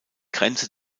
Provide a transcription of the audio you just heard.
grenze